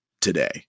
today